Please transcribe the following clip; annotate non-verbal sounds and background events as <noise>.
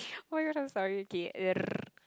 <breath> oh-my-god i'm sorry okay <noise>